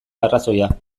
arrazoia